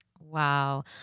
wow